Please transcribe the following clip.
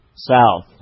south